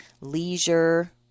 leisure